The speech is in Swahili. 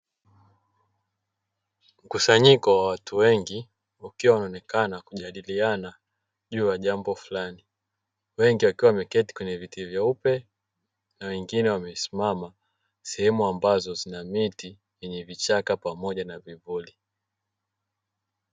Mkusanyiko wa watu wengi ukiwa unaonekana kujadiliana juu ya jambo fulani wengi wakiwa wameketi kwenye viti vyeupe na wengine wamesimama sehemu ambazo zina miti yenye vichaka pamoja na vivuli.